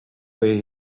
where